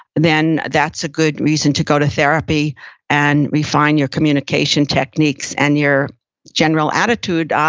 then that's a good reason to go to therapy and refine your communication techniques and your general attitude. um